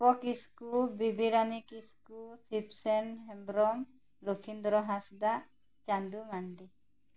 ᱠᱤᱥᱠᱩ ᱵᱤᱵᱤᱨᱟ ᱱᱤ ᱠᱤᱥᱠᱩ ᱯᱷᱤᱯᱥᱮᱱ ᱦᱮᱢᱵᱨᱚᱢ ᱞᱚᱠᱷᱤᱱᱫᱨᱚ ᱦᱟᱸᱥᱫᱟ ᱪᱟᱸᱫᱩ ᱢᱟᱱᱰᱤ